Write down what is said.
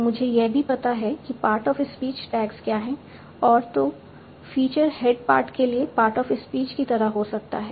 तो मुझे यह भी पता है कि पार्ट ऑफ स्पीच टैग्स क्या है और तो फीचर हेड पार्ट के लिए पार्ट ऑफ स्पीच की तरह हो सकता है